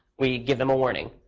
we give them a warning.